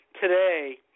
today